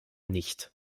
nicht